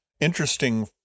interesting